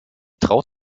traut